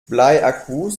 bleiakkus